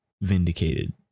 vindicated